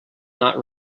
not